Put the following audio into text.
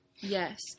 Yes